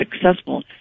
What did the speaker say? successful